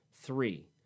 Three